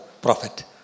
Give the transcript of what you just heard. prophet